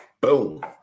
Boom